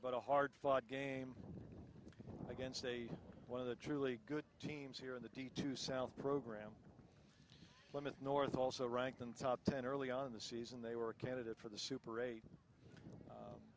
but a hard fought game against one of the truly good teams here in the d to south program limit north also ranked them top ten early on in the season they were a candidate for the super eight